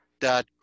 dot